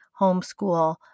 homeschool